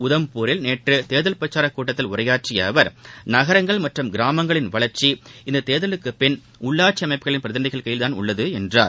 உதம்பூரில் நேற்றுதேர்தல் பிரச்சாரகூட்டத்தில் உரையாற்றியஅவர் நகரங்கள் மற்றும் கிராமங்களின் வளர்ச்சி இந்தத் தேர்தலுக்குபின் உள்ளாட்சிஅமைப்புகளின் பிரதிநிதிகள் கையில்தான் உள்ளதுஎன்றார்